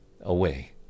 away